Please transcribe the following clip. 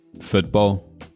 football